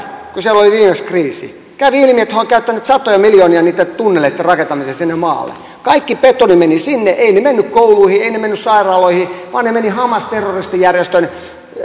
siellä oli viimeksi kriisi kävi ilmi että he ovat käyttäneet satoja miljoonia tunneleitten rakentamiseen maan alle kaikki betoni meni sinne eivät ne menneet kouluihin eivät ne menneet sairaaloihin vaan ne menivät hamas terroristijärjestön